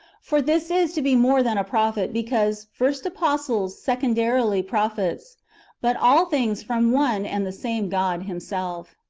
for this is to be more than a prophet, because, first apostles, secondarily prophets but all things from one and the same god himself.